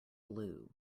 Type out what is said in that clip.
blue